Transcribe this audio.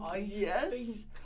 yes